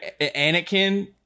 Anakin